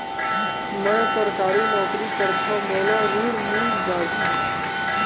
मै सरकारी नौकरी करथव मोला ऋण मिल जाही?